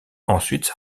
ensuite